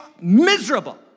miserable